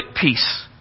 peace